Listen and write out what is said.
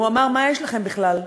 הוא אמר: מה יש לכם בכלל?